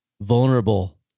vulnerable